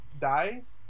dies